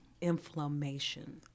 inflammation